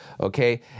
okay